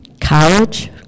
college